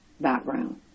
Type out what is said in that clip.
background